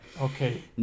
Okay